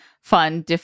fun